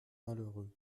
malheureux